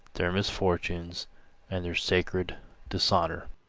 their misfortunes and their sacred dishonor.